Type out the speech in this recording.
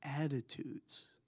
attitudes